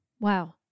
Wow